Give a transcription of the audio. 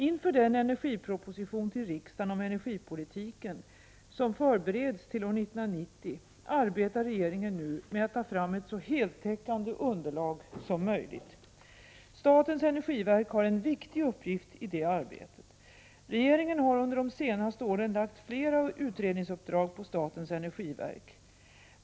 Inför den proposition till riksdagen om energipolitiken som förbereds till år 1990 arbetar regeringen nu med att ta fram ett så heltäckande underlag som möjligt. Statens energiverk har en viktig uppgift i det arbetet. Regeringen har under de senaste åren lagt flera utredningsuppdrag på statens energiverk.